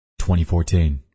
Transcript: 2014